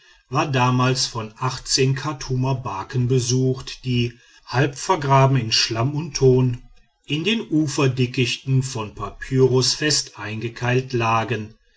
war damals von chartumer barken besucht die halb vergraben in schlamm und ton in den uferdickichten von papyrus fest eingekeilt lagen